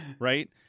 right